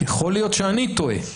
יכול להיות שאני טועה,